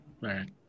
Right